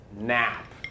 nap